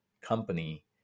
company